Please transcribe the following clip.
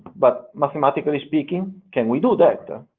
but mathematically speaking, can we do that?